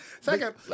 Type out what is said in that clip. Second